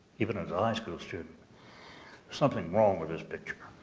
even as a high school student something wrong with this picture.